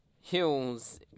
hills